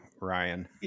Ryan